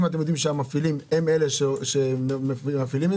אם אתם יודעיםש המפעילים הם שמפעילים את